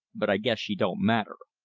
but i guess she don't matter.